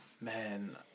Man